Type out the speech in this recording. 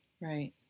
Right